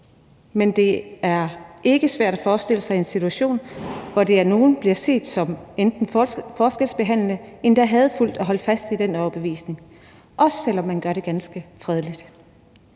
Men det er ikke svært at forestille sig en situation, hvor det af nogle enten bliver set som at forskelsbehandle eller endda som hadefuldt at holde fast i den overbevisning, også selv om man gør det ganske fredeligt.